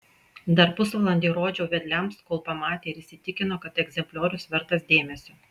dar pusvalandį rodžiau vedliams kol pamatė ir įsitikino kad egzempliorius vertas dėmesio